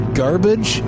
garbage